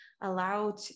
allow